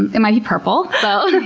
and it might be purple. so